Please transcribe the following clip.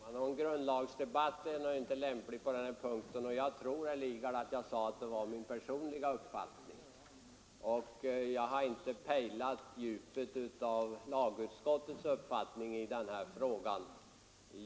Herr talman! Någon grundlagsdebatt är inte lämplig på denna punkt, och jag sade ju också, herr Lidgard, att jag framförde min personliga uppfattning. Jag har inte pejlat djupet i lagutskottets uppfattning i denna fråga.